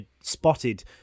spotted